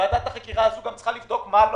ועדת החקירה הזאת צריכה לבדוק גם מה לא